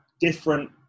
different